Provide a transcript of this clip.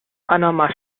panama